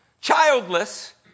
childless